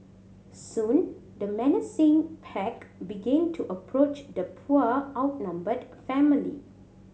soon the menacing pack began to approach the poor outnumbered family